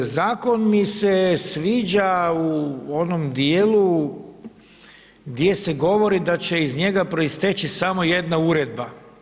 Zakon mi se sviđa u onom dijelu gdje se govori da će iz njega proisteći samo jedna uredba.